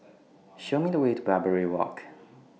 Show Me The Way to Barbary Walk